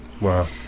Wow